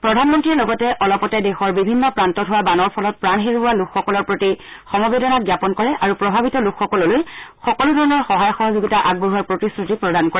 প্ৰধানমন্ত্ৰীয়ে লগতে অলপতে দেশৰ বিভিন্ন প্ৰান্তত হোৱা বানৰ ফলত প্ৰাণ হেৰুওৱা লোকসকলৰ প্ৰতি সমবেদনা জ্ঞাপন কৰে আৰু প্ৰভাৱিত লোকসকললৈ সকলোধৰণৰ সহায় সহযোগিতা আগবঢ়োৱাৰ প্ৰতিশ্ৰুতি প্ৰদান কৰে